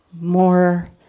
more